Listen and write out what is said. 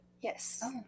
yes